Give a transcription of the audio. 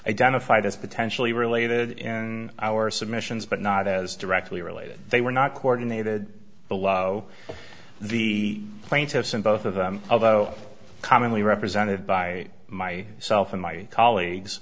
identified as potentially related in our submissions but not as directly related they were not coordinated below the plaintiffs and both of them although commonly represented by my self and my colleagues